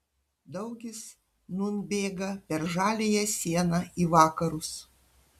daugis nūn bėga per žaliąją sieną į vakarus